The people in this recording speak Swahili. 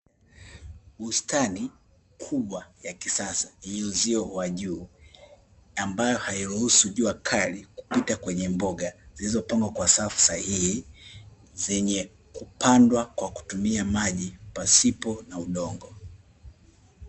Bustani kubwa ya kisasa yenye uzio wa juu, ambayo hairuhusu jua kali kupitia kwenye mboga zilizopandwa kwa safu sahihi zenye kupandwa wa kutumia maji pasipo na udongo.